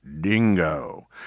dingo